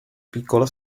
piccola